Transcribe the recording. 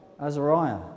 Azariah